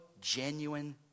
genuine